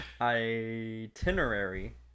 Itinerary